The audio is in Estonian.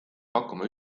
pakkuma